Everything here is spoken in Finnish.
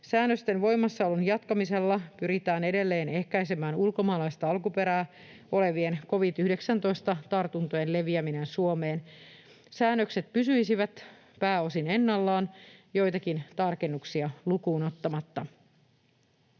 Säännösten voimassaolon jatkamisella pyritään edelleen ehkäisemään ulkomaalaista alkuperää olevien covid-19-tartuntojen leviäminen Suomeen. Säännökset pysyisivät pääosin ennallaan, joitakin tarkennuksia lukuun ottamatta.